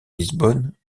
lisbonne